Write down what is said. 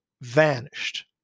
vanished